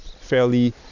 fairly